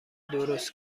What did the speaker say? درست